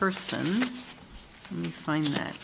person find that